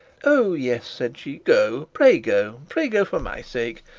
oh, yes said she go pray go, pray go, for my sake.